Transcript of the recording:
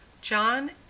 john